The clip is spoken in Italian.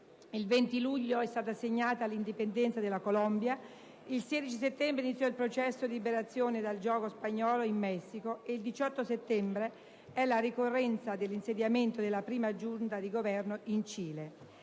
il 20 luglio è stata segnata l'indipendenza della Colombia, il 16 settembre iniziò il processo di liberazione dal giogo spagnolo in Messico, e il 18 settembre è la ricorrenza dell'insediamento della prima giunta di Governo in Cile.